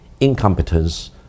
incompetence